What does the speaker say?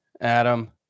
Adam